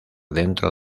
dentro